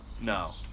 No